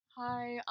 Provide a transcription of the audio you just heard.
Hi